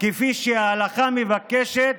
כפי שההלכה מבקשת,